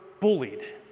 bullied